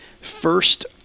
first